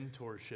mentorship